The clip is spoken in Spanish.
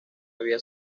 había